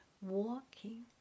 walking